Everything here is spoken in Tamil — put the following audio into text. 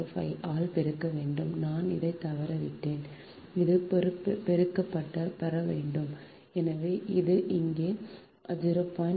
4605 ஆல் பெருக்க வேண்டும் நான் அதை தவறவிட்டேன் அது பெருக்கப்பட வேண்டும் எனவே இங்கே அது 0